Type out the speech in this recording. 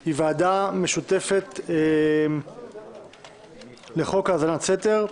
היא ועדה משותפת לחוק האזנת סתר.